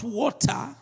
water